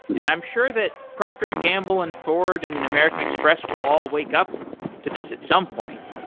and i'm sure that procter and gamble, and ford, and and american express will all wake up to this at some point.